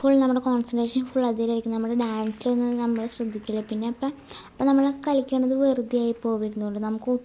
full നമ്മുടെ concentration full അതിലേക്ക് നമ്മുടെ ഡാൻസൊന്നും നമ്മള് ശ്രദ്ധിക്കില്ല പിന്നെ ഇപ്പം പ്പ നമ്മള് കളിക്കുന്നത് വെറുതെ ആയി പോകുവെ ആയിരുന്നുള്ളു നമുക്കൊട്ടും